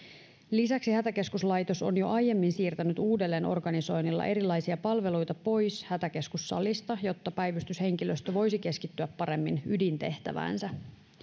lisäksi hätäkeskuslaitos on jo aiemmin siirtänyt uudelleenorganisoinnilla erilaisia palveluita pois hätäkeskussalista jotta päivystyshenkilöstö voisi keskittyä paremmin ydintehtäviinsä